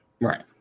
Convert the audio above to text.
Right